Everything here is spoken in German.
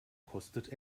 kostet